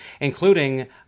including